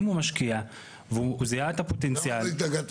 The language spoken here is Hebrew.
אם הוא משקיע והוא זיהה את הפוטנציאל --- למה לא התנגדת